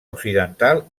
occidental